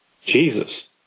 Jesus